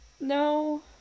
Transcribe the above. No